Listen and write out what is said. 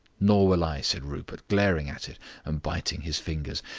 nor will i, said rupert, glaring at it and biting his fingers.